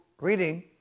reading